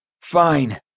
Fine